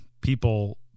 people